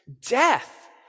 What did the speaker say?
Death